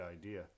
idea